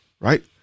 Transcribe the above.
right